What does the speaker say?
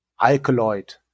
alkaloid